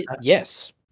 yes